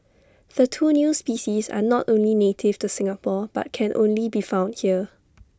the two new species are not only native to Singapore but can only be found here